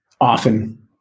often